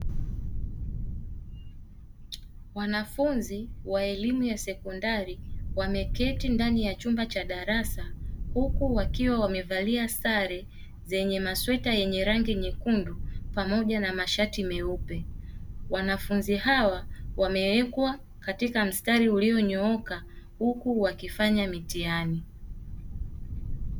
Wanafunzi wa elimu ya sekondari, wameketi ndani ya chumba cha darasa huku wakiwa wamevalia sare zenye masweta yenye rangi nyekundu pamoja na mashati myeupe, wanafunzi hawa wamewekwa katika mstari uliyonyooka huku wakifanya mitihani.